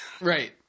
Right